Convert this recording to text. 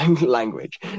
language